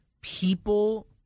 people